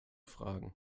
fragen